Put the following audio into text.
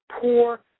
poor